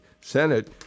Senate